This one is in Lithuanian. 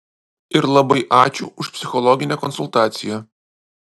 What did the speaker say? ir labai ačiū už psichologinę konsultaciją